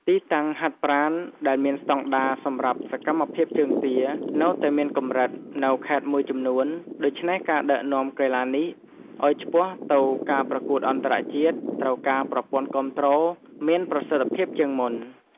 ទីតាំងហាត់ប្រាណដែលមានស្តង់ដារសម្រាប់សកម្មភាពជើងទានៅតែមានកម្រិតនៅខេត្តមួយចំនួន ដូច្នេះការដឹកនាំកីឡានេះឲ្យឆ្ពោះទៅការប្រកួតអន្តរជាតិ ត្រូវការប្រព័ន្ធគាំទ្រមានប្រសិទ្ធិភាពជាងមុន។